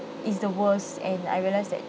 is the worst and I realised that